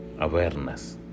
Awareness